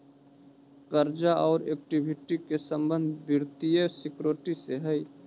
कर्जा औउर इक्विटी के संबंध वित्तीय सिक्योरिटी से हई